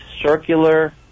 circular